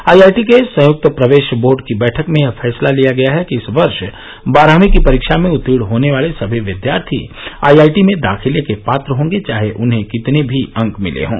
IIT के संयुक्त प्रवेश बोर्ड की बैठक में यह फैसला लिया गया कि इस वर्ष बारहवी की परीक्षा में उत्तीर्ण होने वाले सभी विद्यार्थी आईआईटी में दाखिले के पात्र होंगे चाहे उन्हें कितने भी अंक मिले हों